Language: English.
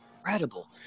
incredible